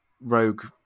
rogue